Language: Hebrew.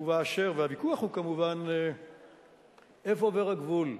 הוויכוח הוא כמובן איפה עובר הגבול,